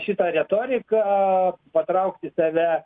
šitą retoriką patraukt į save